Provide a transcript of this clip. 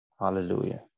Hallelujah